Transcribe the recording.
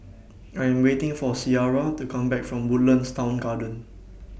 I'm waiting For Ciarra to Come Back from Woodlands Town Garden